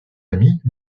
amies